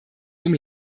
dem